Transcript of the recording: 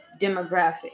demographic